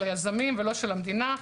של היזמים ולא של המדינה.